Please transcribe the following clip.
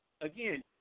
again